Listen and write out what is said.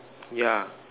yeah